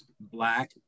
black